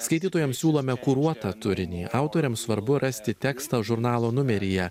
skaitytojams siūlome kuruotą turinį autoriams svarbu rasti tekstą žurnalo numeryje